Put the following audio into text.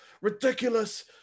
ridiculous